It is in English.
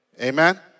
Amen